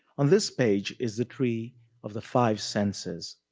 on this page, is the tree of the five senses.